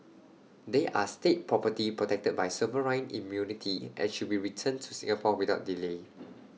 they are state property protected by sovereign immunity and should be returned to Singapore without delay